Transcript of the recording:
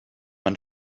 man